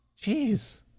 Jeez